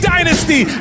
Dynasty